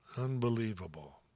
Unbelievable